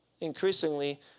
increasingly